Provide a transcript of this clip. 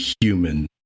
human